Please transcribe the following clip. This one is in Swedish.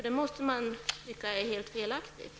Det måste vara helt felaktigt.